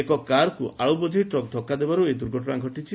ଏକ କାରକୁ ଆଳୁ ବୋଝେଇ ଟ୍ରକ୍ ଧକ୍କା ଦେବାରୁ ଏହି ଦୁର୍ଘଟଶା ଘଟିଛି